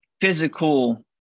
physical